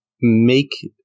make